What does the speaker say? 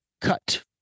cut